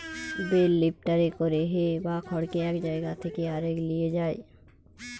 bell লিফ্টারে করে হে বা খড়কে এক জায়গা থেকে আরেক লিয়ে যায়